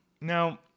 Now